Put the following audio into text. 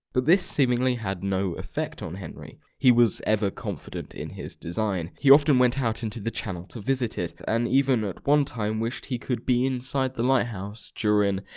but this seemingly had no effect on henry. he was ever confident in his design, he often went out into the channel to visit it, and even at one time wished he could be inside the lighthouse during.